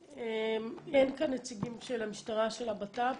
אין כאן נציגים של המשטרה, של הבט"פ.